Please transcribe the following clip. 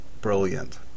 brilliant